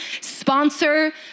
sponsor